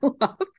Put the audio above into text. love